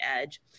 edge